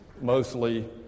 mostly